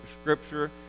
scripture